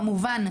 כמובן,